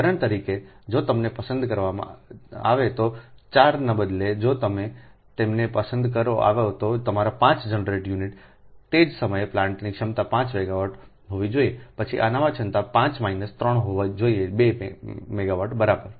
ઉદાહરણ તરીકે જો તમને પસંદ કરવામાં આવે તો 4 instead ને બદલે જો તમને પસંદ કરવામાં આવે તો તમારા 5 જનરેટ યુનિટ્સ તે જ સમયે પ્લાન્ટની ક્ષમતા 5 મેગાવાટ હોવી જોઈએ પછી અનામત ક્ષમતા 5 મિનિટ 3 હોવી જોઈએ 2 મેગાવોટ બરાબર